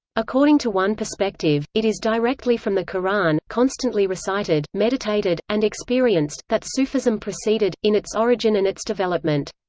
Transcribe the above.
according to one perspective, it is directly from the qur'an, constantly recited, meditated, and experienced, that sufism proceeded, in its origin and its development.